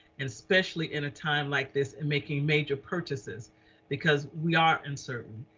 and especially in a time like this and making major purchases because we are uncertain.